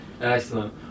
Excellent